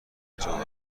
پنجاه